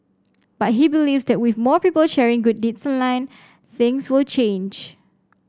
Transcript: but he believes that with more people sharing good deeds line things will change